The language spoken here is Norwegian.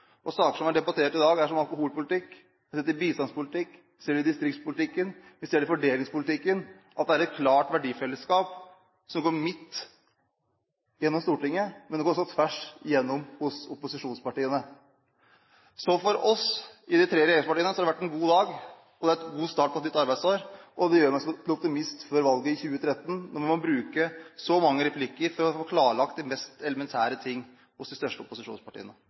Av saker som er debattert i dag, er det alkoholpolitikk, bistandspolitikk, vi ser det i distriktspolitikken, vi ser det i fordelingspolitikken. Det er et klart verdifellesskap som går midt gjennom Stortinget, men det går også tvers gjennom hos opposisjonspartiene. Så for oss i de tre regjeringspartiene har det vært en god dag. Det har vært en god start på et nytt arbeidsår, og det gjør meg til optimist før valget i 2013 når man må bruke så mange replikker for å få klarlagt de mest elementære ting hos de største opposisjonspartiene.